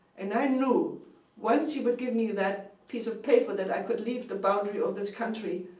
and i knew once he would give me that piece of paper that i could leave the boundary of this country,